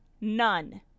none